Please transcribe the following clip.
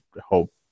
hope